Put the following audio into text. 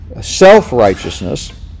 self-righteousness